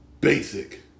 basic